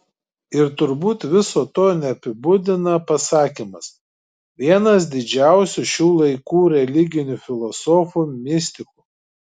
ir turbūt viso to neapibūdina pasakymas vienas didžiausių šių laikų religinių filosofų mistikų